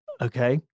okay